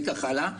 וכך הלאה,